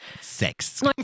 Sex